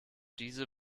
diese